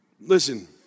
Listen